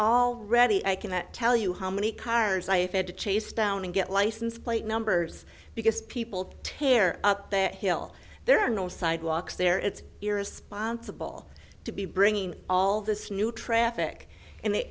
all ready i can tell you how many cars i have had to chase down and get license plate numbers because people tear up that hill there are no sidewalks there it's irresponsible to be bringing all this new traffic in the